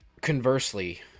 Conversely